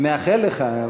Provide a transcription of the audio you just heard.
אני מאחל לך,